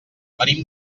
venim